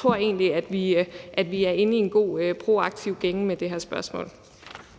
jeg tror egentlig, at vi er inde i en god, proaktiv gænge med det her spørgsmål.